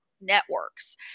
networks